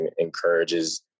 encourages